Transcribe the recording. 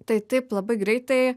tai taip labai greitai